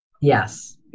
Yes